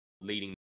leading